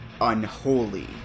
Unholy